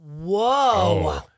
Whoa